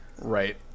Right